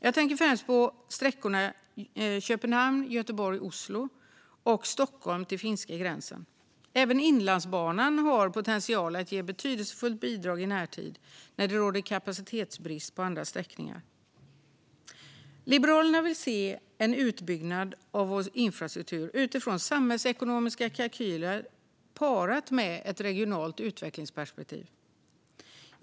Jag tänker främst på sträckorna Köpenhamn-Göteborg-Oslo och mellan Stockholm och finska gränsen. Även Inlandsbanan har potential att ge ett betydelsefullt bidrag i närtid, då det råder kapacitetsbrist på andra sträckningar. Liberalerna vill se en utbyggnad av vår infrastruktur utifrån samhällsekonomiska kalkyler parade med ett regionalt utvecklingsperspektiv.